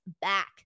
back